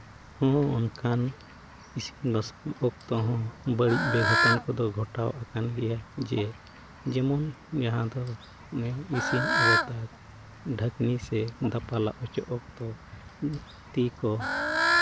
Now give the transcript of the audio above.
ᱦᱮᱸ ᱚᱱᱠᱟᱱ ᱤᱥᱤᱱ ᱵᱟᱥᱟᱝ ᱚᱠᱛᱚ ᱦᱚᱸ ᱵᱟᱹᱲᱤᱡ ᱵᱮ ᱜᱷᱚᱴᱚᱱ ᱠᱚᱫᱚ ᱜᱷᱚᱴᱟᱣ ᱟᱠᱟᱱ ᱜᱮᱭᱟ ᱡᱮ ᱡᱮᱢᱚᱱ ᱡᱟᱦᱟᱸ ᱫᱚ ᱤᱥᱤᱱ ᱚᱵᱚᱛᱟᱨ ᱰᱷᱟᱹᱠᱱᱤ ᱥᱮ ᱫᱟᱯᱟᱞᱟᱜ ᱚᱪᱚᱜ ᱚᱠᱛᱚ ᱛᱤ ᱠᱚ